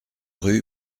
rue